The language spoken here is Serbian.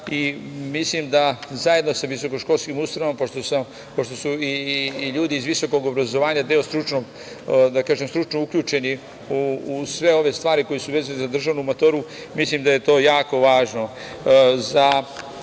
Mislim da zajedno sa visoko-školskim ustanovama, pošto su ljudi i iz visokog obrazovanja stručno uključeni u sve ove stvari koje su vezane za državnu maturu, mislim da je to jako važno.Za